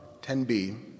10b